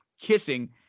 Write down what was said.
kissing